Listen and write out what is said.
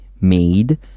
made